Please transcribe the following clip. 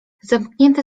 zamknięte